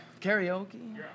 karaoke